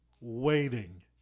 waiting